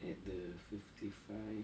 at the fifty five